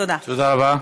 תודה רבה.